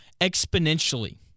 exponentially